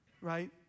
right